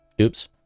oops